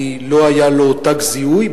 כי לא היה לו תג זיהוי,